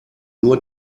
nur